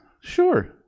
sure